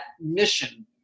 mission